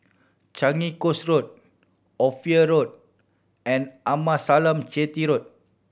Changi Coast Road Ophir Road and Amasalam Chetty Road